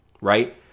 right